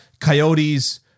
Coyotes